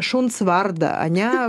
šuns vardą ane